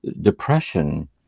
depression